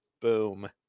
boom